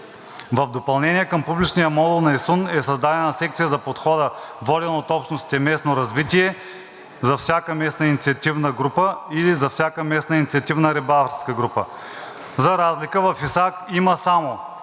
В допълнение към публичния модул на ИСУН е създадена секция за подхода, водена от общностите „Местно развитие“, за всяка местна инициативна група или за всяка местна инициативна рибарска група. За разлика от това в ИСАК има само: